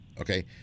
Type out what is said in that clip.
Okay